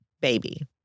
baby